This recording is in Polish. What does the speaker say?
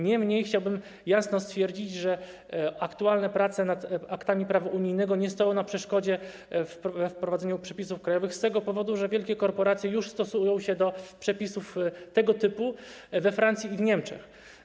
Niemniej chciałbym jasno stwierdzić, że aktualne prace nad aktami prawa unijnego nie stoją na przeszkodzie wprowadzeniu przepisów krajowych z tego powodu, że wielkie korporacje już stosują się do przepisów tego typu we Francji i w Niemczech.